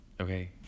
okay